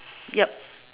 yup